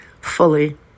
fully